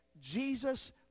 Jesus